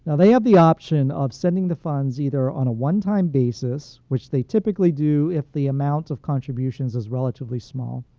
they have the option of sending the funds either on a one time basis, which they typically do if the amount of contributions is relatively small,